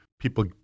people